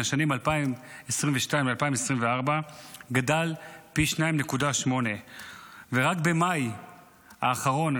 השנים 2022 ו-2024 גדל פי 2.8. ורק במאי האחרון